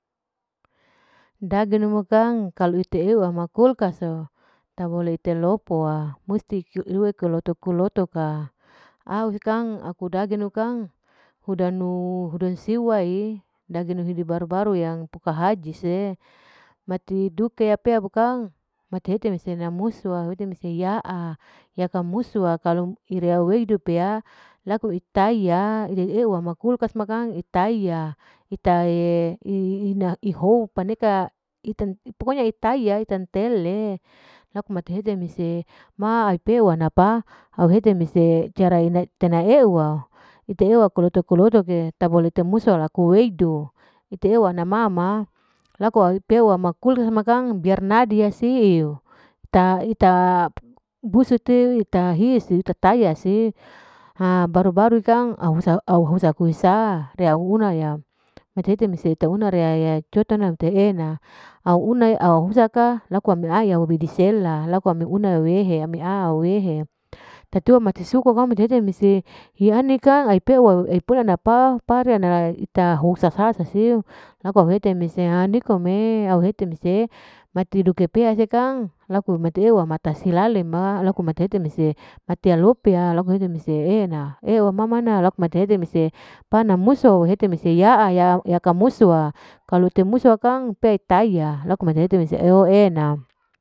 Daging nu makang kalu ite ew ama kulkas'o, tak bole etelopo wa, musti irui koloto-koloto ka, au kang aku daging nu kang hudanu, hudan siwa'e, dagingnu yang baru-baru yang puka haji se, mati duke pea bukang mati hete mese musia muswa, mate hete mese ya'a, yaka musu wa kalu irea weudu pea, laku itaya, ide ew ama kulkas, kulkas ma kang itaya, ita ina e hou paneka, itan pokonya itaya itan tele, laku mate hete mese ai pe wanapa, au hete mese cara ina itena e'ewa, ite ewa kloto-kloto ke ta bole temusa laku weudu, ite ew wana ma ma, laku aipeu ama kulkas ma kang biar nadi usiu, busute hisuasa taya, ha baru-baru kang, au husa-au husa kuisa ria una ya, mete hete mese teuna riya coto nan te e'ena, au una au husa ka laku ami ai yahobi di sela, laku ami una wehe, ami a wehe, tatiwa mati suku mate hete mese, hiane kang pea ane puna apa, pare ana ita husa sasa siu, laku hete mese nikom'e, au hete mesemata silale ma, laku mate hete mese, mati alope ya laku hete mese e'ena, eu ama mana laku mate hete mese pan a musu wa hete mese ya'aya, yaka musua, kalu temusu bukang pe taiya, laku mate hese mese eu e'ena.